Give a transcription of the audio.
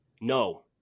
No